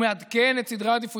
הוא מעדכן את סדרי העדיפויות,